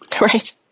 Right